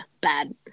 Bad